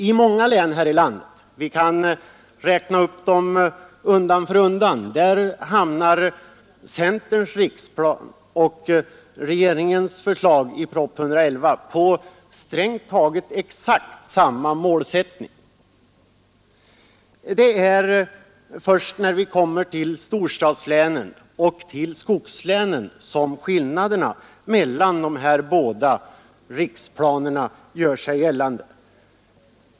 I många län — vi kan räkna upp dem undan för undan — hamnar centerns riksplan och regeringens förslag i propositionen 111 på strängt taget samma målsättning. Det är först när vi kommer till storstadslänen och till skogslänen som skillnaderna mellan de här båda riksplanerna gör sig gällande.